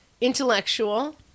intellectual